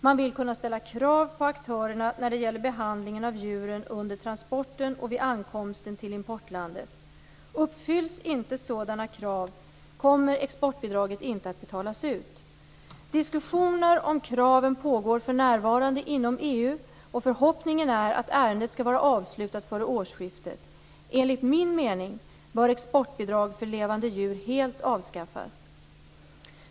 Man vill kunna ställa krav på aktörerna när det gäller behandlingen av djuren under transporten och vid ankomsten till importlandet. Uppfylls inte sådana krav kommer exportbidraget inte att betalas ut. Diskussioner om kraven pågår för närvarande inom EU, och förhoppningen är att ärendet skall vara avslutat före årsskiftet. Enligt min mening bör exportbidrag för levande djur helt avskaffas.